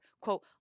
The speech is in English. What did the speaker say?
quote